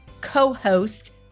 co-host